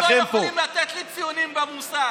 כובשים לא יכולים לתת לי ציונים במוסר.